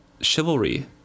chivalry